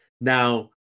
now